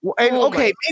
Okay